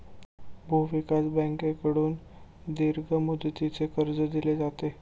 भूविकास बँकेकडून दीर्घ मुदतीचे कर्ज दिले जाते